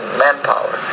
manpower